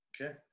Okay